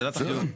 שאלת החיובים,